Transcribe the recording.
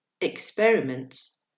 Experiments